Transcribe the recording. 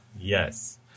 Yes